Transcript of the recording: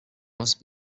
must